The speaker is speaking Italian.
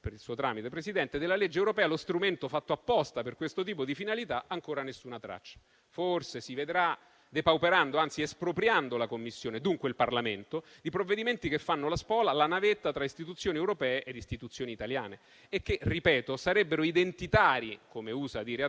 per il suo tramite, Presidente - della legge europea, lo strumento fatto apposta per questo tipo di finalità, ancora nessuna traccia - forse, si vedrà - depauperando, anzi espropriando la Commissione, dunque il Parlamento, di provvedimenti che fanno la spola e la navetta tra istituzioni europee ed istituzioni italiane e che - ripeto - sarebbero identitari, come usa dire a destra,